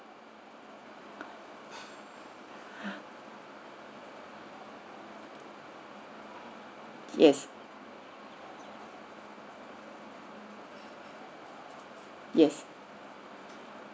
yes yes